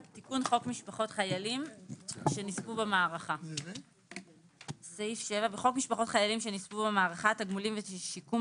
התשפ"ב 2022 תיקון חוק משפחות חיילים שנספו במערכה 7. בחוק משפחות חיילים שנספו במערכה (תגמולים ושיקום),